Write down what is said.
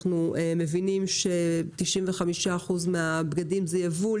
אנחנו מבינים ש-95% מהבגדים זה יבוא.